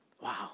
Wow